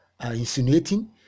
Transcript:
insinuating